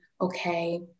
okay